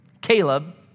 Caleb